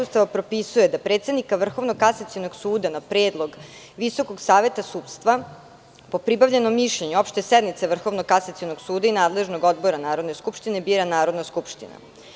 Ustava propisuje da predsednika Vrhovnog kasacionog suda na predlog Visokog saveta sudstva, po pribavljenom mišljenju opšte sednice Vrhovnog kasacionog suda i nadležnog odbora Narodne skupštine, bira Narodna skupština.